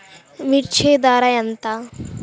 మిర్చి ధర ఎంత?